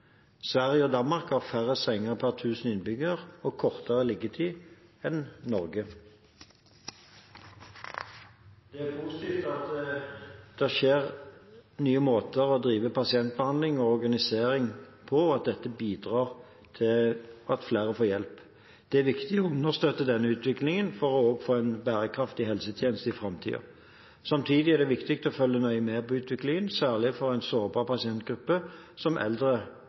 Sverige og Danmark har færre senger per 1 000 innbyggere og kortere liggetid enn Norge. Det er positivt at det skjer nye måter å drive pasientbehandling og organisering på, og at dette bidrar til at flere får hjelp. Det er viktig å understøtte denne utviklingen for også å få en bærekraftig helsetjeneste i framtiden. Samtidig er det viktig å følge nøye med på utviklingen, særlig for en sårbar pasientgruppe som eldre